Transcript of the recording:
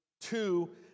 two